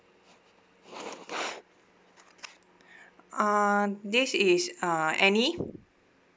uh this is uh annie